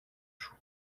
σου